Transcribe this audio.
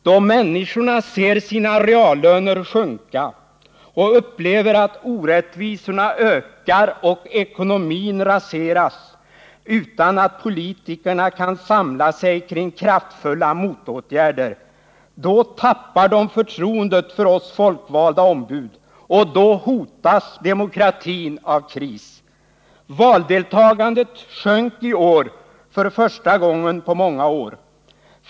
Då människorna ser sina reallöner sjunka och upplever att orättvisorna ökar och ekonomin raseras utan att politikerna kan samla sig kring kraftfulla motåtgärder, då tappar de förtroendet för oss folkvalda ombud. Och då hotas demokratin av kris. Valdeltagandet sjönk i år för första gången på många år.